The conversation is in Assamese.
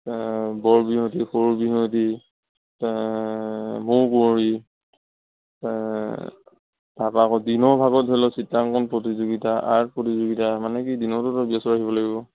বৰ বিহুৱতী সৰু বিহুৱতী মৌকুঁৱৰী তাৰ পৰা আকৌ দিনৰ ভাগত ধৰি লওক চিত্ৰাংকন প্ৰতিযোগিতা আৰ্ট প্ৰতিযোগিতা মানে কি দিনতো তই ব্যস্ত থাকিব লাগিব